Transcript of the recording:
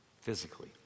physically